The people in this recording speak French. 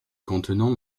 contenant